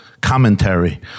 commentary